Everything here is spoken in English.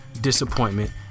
disappointment